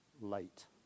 late